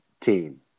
team